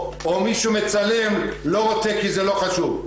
או מי שמצלם לא רוצה כי זה לא חשוב.